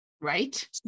Right